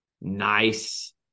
nice